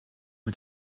mit